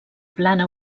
plana